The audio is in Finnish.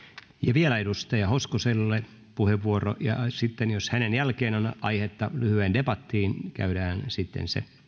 vielä edustaja hoskoselle puheenvuoro ja jos hänen jälkeensä on aihetta lyhyeen debattiin käydään sitten se